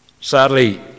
Sadly